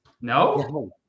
No